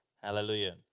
hallelujah